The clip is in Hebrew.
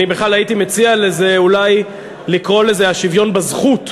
אני בכלל הייתי מציע אולי לקרוא לזה: השוויון בזכות.